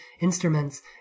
instruments